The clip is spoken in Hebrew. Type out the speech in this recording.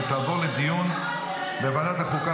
ותעבור לדיון בוועדת החוקה,